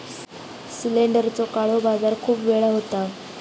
सिलेंडरचो काळो बाजार खूप वेळा होता